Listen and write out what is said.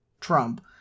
Trump